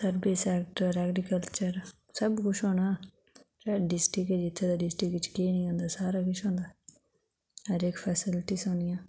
agriculture सब कुछ होना डिस्ट्रिक्ट ऐ जित्थै ते उत्थै डिस्टिक्ट बिच केह् नेईं होंदा ते सारा किश होंदा हर इक फैसीलीटीस होंदियां